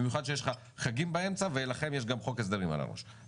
במיוחד שיש לך חגים באמצע ולכם יש גם חוק הסדרים על הראש.